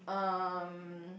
um